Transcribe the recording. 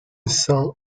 sain